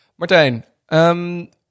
Martijn